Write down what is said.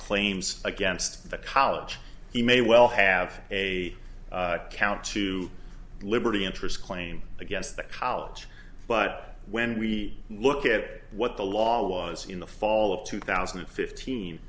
claims against the college he may well have a count to liberty interest claim against the college but when we look at what the law was in the fall of two thousand and fifteen